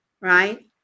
Right